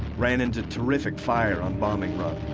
ran into terrific fire on bombing run.